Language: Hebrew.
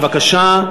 בבקשה.